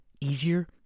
easier